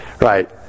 right